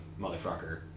motherfucker